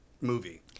movie